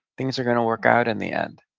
things are gonna work out in the end.